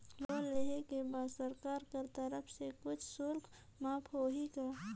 Loan लेहे के बाद सरकार कर तरफ से कुछ शुल्क माफ होही का?